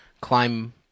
climb